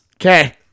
Okay